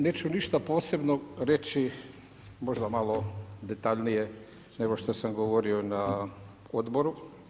Neću ništa posebno reći, možda malo detaljnije nego što sam govorio na Odboru.